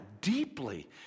deeply